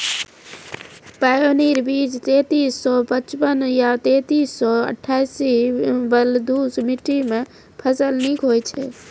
Pioneer बीज तेंतीस सौ पचपन या तेंतीस सौ अट्ठासी बलधुस मिट्टी मे फसल निक होई छै?